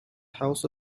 house